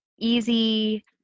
easy